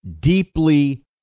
deeply